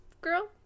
girl